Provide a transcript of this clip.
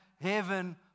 heaven